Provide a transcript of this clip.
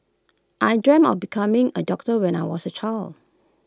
I dreamt of becoming A doctor when I was A child